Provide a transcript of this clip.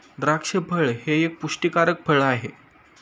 द्राक्ष फळ हे एक पुष्टीकारक फळ आहे